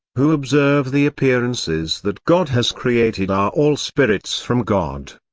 who observe the appearances that god has created are all spirits from god.